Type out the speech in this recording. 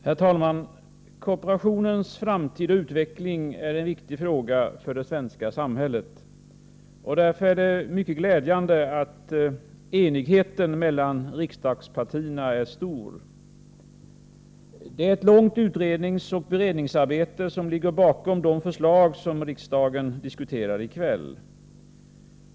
Herr talman! Kooperationens framtid och utveckling är en viktig fråga för det svenska samhället. Därför är det mycket glädjande att enigheten mellan riksdagspartierna är stor. Det är ett långt utredningsoch beredningsarbete som ligger bakom de förslag som riksdagen diskuterar i kväll.